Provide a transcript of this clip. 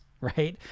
right